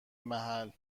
محل